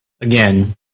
again